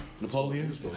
Napoleon